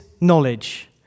knowledge